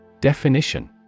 Definition